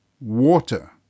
water